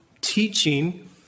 teaching